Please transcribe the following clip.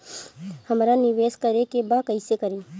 हमरा निवेश करे के बा कईसे करी?